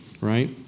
right